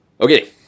okay